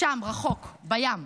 שם, רחוק, בים.